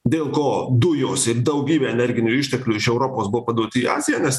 dėl ko dujos ir daugybė energinių išteklių europos buvo paduoti į aziją nes